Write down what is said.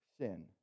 sin